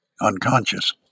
unconscious